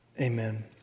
Amen